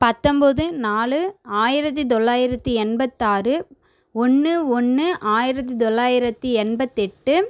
பத்தொன்போது நாலு ஆயிரத்து தொள்ளாயிரத்து எண்பத்தாறு ஒன்னு ஒன்னு ஆயிரத்து தொள்ளாயிரத்து எண்பத்தெட்டு